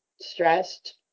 stressed